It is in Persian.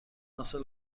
حاصل